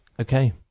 okay